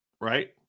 right